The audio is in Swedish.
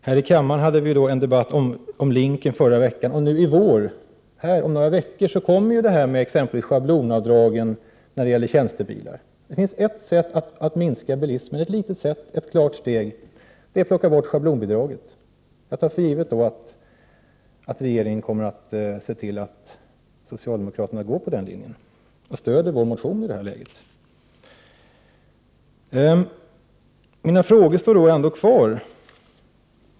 Här i kammaren hade vi förra veckan en debatt om ”Linken”', och nu i vår, om några veckor, kommer detta med schablonavdragen när det gäller tjänstebilar. Det finns ett sätt att minska bilismen, ett klart steg — och det är att plocka bort schablonavdraget. Jag tar då för givet att regeringen kommer att se till att socialdemokraterna följer den linjen och stöder vår motion i det här läget. Mina frågor står ändå kvar.